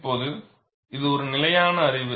இப்போது இது ஒரு நிலையான அறிவு